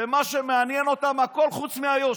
שמה שמעניין אותם הוא הכול חוץ מהיושר.